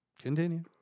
Continue